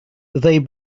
they